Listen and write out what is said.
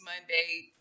monday